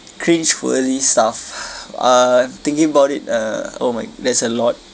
cringe worthy stuff uh thinking about it uh oh my there's a lot